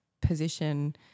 position